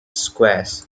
squares